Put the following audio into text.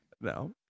no